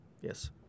Yes